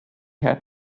had